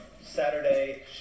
Saturday